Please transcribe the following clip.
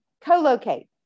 co-locate